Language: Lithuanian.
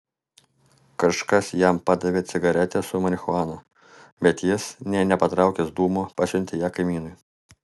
kažkas jam padavė cigaretę su marihuana bet jis nė nepatraukęs dūmo pasiuntė ją kaimynui